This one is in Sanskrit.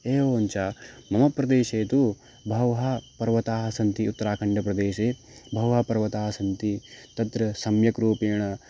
एवञ्च मम प्रदेशे तु बहवः पर्वताः सन्ति उत्तराखण्डप्रदेशे बहवः पर्वताः सन्ति तत्र सम्यक् रूपेण